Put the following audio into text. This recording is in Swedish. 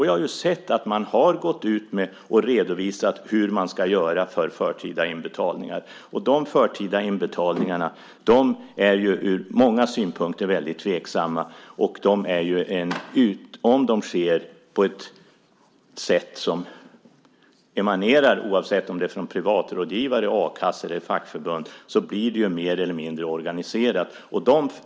Jag har ju sett att de har gått ut och redovisat hur man ska göra med förtida inbetalningar. De förtida inbetalningarna är ju ur många synpunkter väldigt tveksamma. Oavsett om de sker på ett sätt som emanerar från privatrådgivare, a-kassa eller fackförbund blir det ju mer eller mindre organiserat.